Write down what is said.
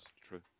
True